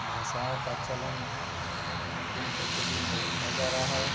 भाषाओं का चलन दिन प्रतिदिन बदलता जा रहा है